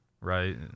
Right